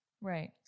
Right